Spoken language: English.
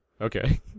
Okay